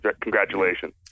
Congratulations